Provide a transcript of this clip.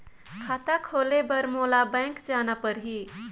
खाता खोले बर मोला बैंक जाना परही?